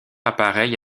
appareils